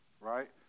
Right